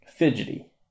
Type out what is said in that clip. Fidgety